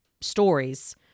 stories